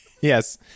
yes